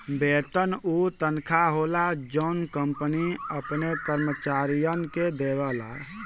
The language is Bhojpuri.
वेतन उ तनखा होला जौन कंपनी अपने कर्मचारियन के देवला